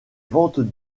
ventes